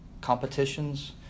competitions